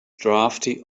drafty